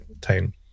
time